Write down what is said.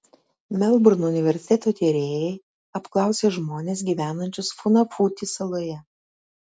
melburno universiteto tyrėjai apklausė žmones gyvenančius funafuti saloje